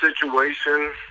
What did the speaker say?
situation